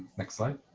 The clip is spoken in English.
next slide.